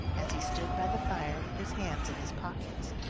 as he stood by the fire with his hands in his pockets.